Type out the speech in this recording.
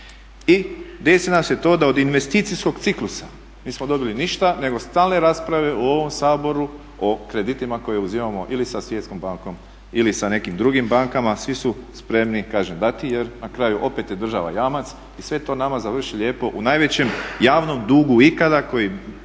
i desi nam se to da od investicijskog ciklusa nismo dobili ništa nego stalne rasprave u ovom Saboru o kreditima koje uzimamo ili sa Svjetskom bankom ili sa nekim drugim bankama. Svi su spremni kažem dati jer na kraju opet je država jamac i sve to nama završi lijepo u najvećem javnom dugu ikada koji